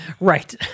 right